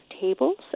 tables